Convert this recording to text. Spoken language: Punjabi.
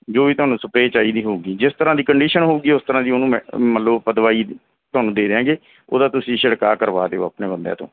ਜੋ ਵੀ ਤੁਹਾਨੂੰ ਸਪਰੇ ਚਾਹੀਦੀ ਹੋਊਗੀ ਜਿਸ ਤਰ੍ਹਾਂ ਦੀ ਕੰਡੀਸ਼ਨ ਹੋਊਗੀ ਉਸ ਤਰ੍ਹਾਂ ਦੀ ਉਹਨੂੰ ਮ ਮਤਲਬ ਆਪਾਂ ਦਵਾਈ ਤੁਹਾਨੂੰ ਦੇ ਦਿਆਂਗੇ ਉਹਦਾ ਤੁਸੀਂ ਛਿੜਕਾਅ ਕਰਵਾ ਦਿਉ ਆਪਣੇ ਬੰਦਿਆਂ ਤੋਂ